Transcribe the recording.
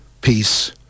peace